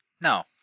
No